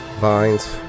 vines